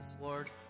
Lord